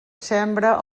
sembra